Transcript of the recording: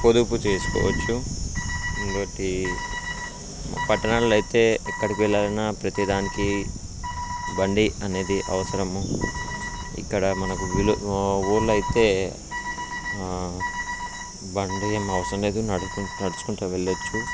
పొదుపు చేసుకోవచ్చు ఇంకొకటి పట్టణాల్లో అయితే ఎక్కడికి వెళ్ళాలన్నా ప్రతీదానికి బండి అనేది అవసరము ఇక్కడ మనకు విలేజ్ ఊళ్ళో అయితే బండి ఏం అవసరం లేదు నడ నడుచుకుంటూ వెళ్ళవచ్చు